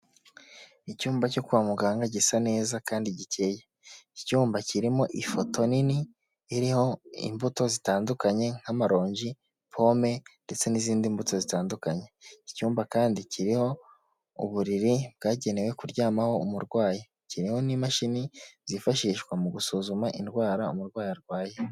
Icyumba cyo kwa muganga gisa neza kandi gicyeye, icyumba kirimo ifoto nini, iriho imbuto zitandukanye nk'amarongi, pome, ndetse n'izindi mbuto zitandukanye, icyumba kandi kiriho uburiri bwagenewe kuryamaho umurwayi, kirimo n'imashini zifashishwa mu gusuzuma indwara umurwayi arwaye.